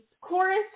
chorus